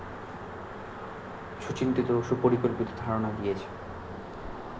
সুচিন্তিত সুপরিকল্পিত ধারণা দিয়েছে